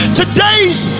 today's